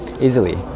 Easily